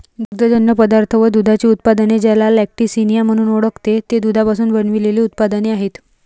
दुग्धजन्य पदार्थ व दुधाची उत्पादने, ज्याला लॅक्टिसिनिया म्हणून ओळखते, ते दुधापासून बनविलेले उत्पादने आहेत